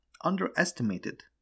underestimated